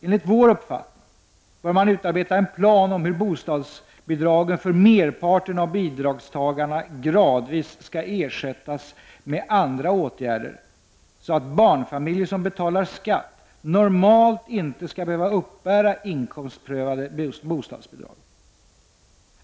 Enligt vår uppfattning bör en plan utarbetas för hur bostadsbidragen för merparten av bidragstagarna gradvis skall ersättas med andra åtgärder, så att barnfamiljer som betalar skatt normalt inte skall behöva uppbära inkomstprövade bostadsbidrag.